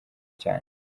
cyane